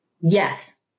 Yes